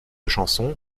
chanson